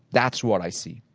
that's what i see